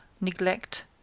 neglect